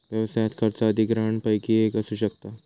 व्यवसायात खर्च अधिग्रहणपैकी एक असू शकता